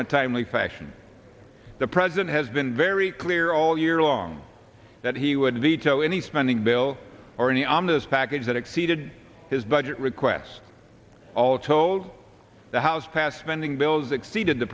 in a timely fashion the president has been very clear all year long that he would veto any spending bill or any on this package that exceeded his budget requests all told the house passed spending bills exceeded the